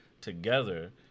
together